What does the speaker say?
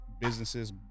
Businesses